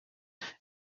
and